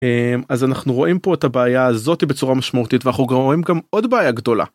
אז אנחנו רואים פה את הבעיה הזאת בצורה משמעותית ואנחנו רואים גם עוד בעיה גדולה.